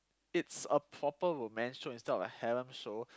it's a proper romance show instead of a show